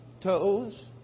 toes